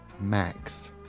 Max